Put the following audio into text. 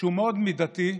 שהוא מאוד מידתי,